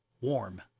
warm